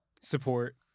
Support